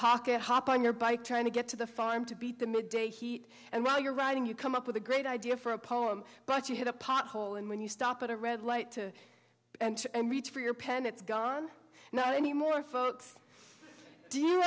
pocket hop on your bike trying to get to the farm to beat the midday heat and while you're writing you come up with a great idea for a poem but you hit a pothole and when you stop at a red light to reach for your pen it's gone now any more folks do you